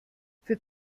für